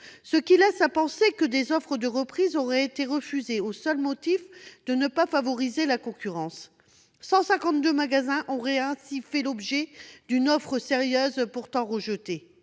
Cela laisse à penser que des offres de reprise auraient été refusées au seul motif de ne pas favoriser la concurrence. Ainsi, 152 magasins auraient fait l'objet d'une offre sérieuse pourtant rejetée.